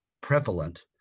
prevalent